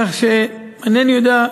כך שאינני יודע,